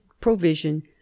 provision